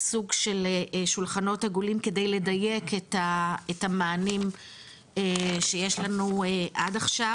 סוג של שולחנות עגולים כדי לדייק את המענים שיש לנו עד עכשיו